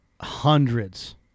hundreds